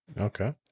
Okay